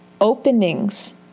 Openings